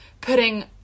putting